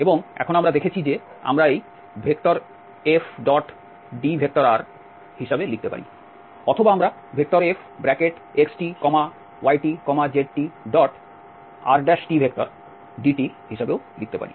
এবং এখন আমরা দেখেছি যে আমরা এই F⋅dr হিসাবে লিখতে পারি অথবা আমরা Fxtytztrdt হিসাবে লিখতে পারি